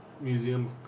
Museum